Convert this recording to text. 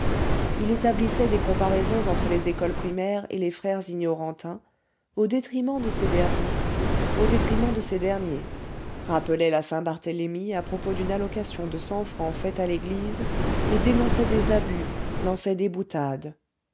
il établissait des comparaisons entre les écoles primaires et les frères ignorantins au détriment de ces derniers rappelait la saint-barthélemy à propos d'une allocation de cent francs faite à l'église et dénonçait des abus lançait des boutades